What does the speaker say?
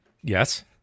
Yes